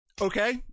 Okay